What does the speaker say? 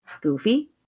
Goofy